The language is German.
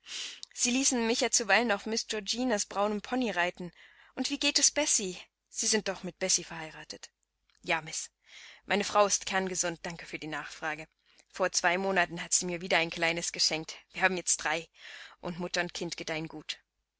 sie ließen mich ja zuweilen auf miß georgines braunem pony reiten und wie geht es bessie sie sind doch mit bessie verheiratet ja miß meine frau ist kerngesund danke für die nachfrage vor zwei monaten hat sie mir wieder ein kleines geschenkt wir haben jetzt drei und mutter und kinder gedeihen gut